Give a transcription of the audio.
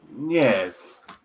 yes